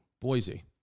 Boise